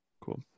Cool